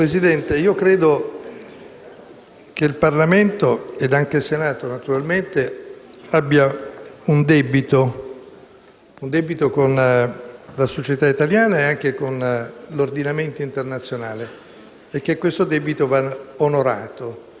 Presidente, io credo che il Parlamento - e il Senato, naturalmente - abbia un debito con la società italiana e con l'ordinamento internazionale e che questo debito debba